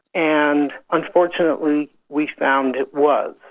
and unfortunately we found it was,